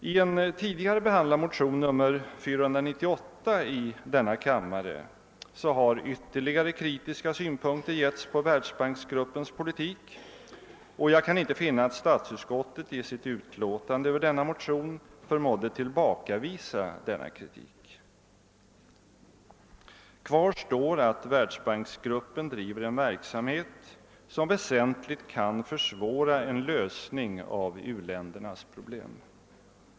I en tidigare behandlad motion, II: 498, har ytterligare en del kritiska synpunkter anförts beträffande världsbanksgruppens politik, och jag kan inte finna att statsutskottet i sitt utlåtande över denna motion har förmått tillbakavisa denna kritik. Kvar står att världsbanksgruppen bedriver en verksamhet, som väsentligt kan försvåra en lösning av u-ländernas problem.